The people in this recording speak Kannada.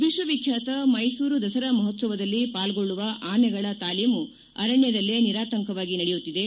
ವಿಶ್ವ ವಿಖ್ಯಾತ ಮೈಸೂರು ದಸರಾ ಮಹೋತ್ಸವದಲ್ಲಿ ಪಾಲ್ಗೊಳ್ಳುವ ಆನೆಗಳ ತಾಲೀಮು ಅರಣ್ಯದಲ್ಲೇ ನಿರಾತಂಕವಾಗಿ ನಡೆಯುತ್ತಿದೆ